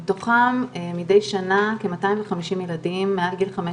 מתוכם מדי שנה כ-250 ילדים מעל גיל 15